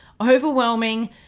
overwhelming